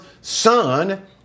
son